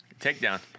takedown